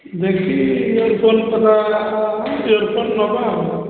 ଦେଖିକି year phone year phone ନେବା ଆଉ